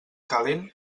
calent